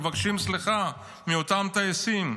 מבקשים סליחה מאותם טייסים.